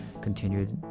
continued